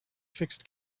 fixed